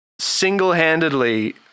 Single-handedly